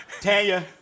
Tanya